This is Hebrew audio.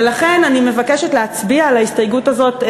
ולכן אני מבקשת להצביע על ההסתייגות הזאת,